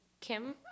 Kim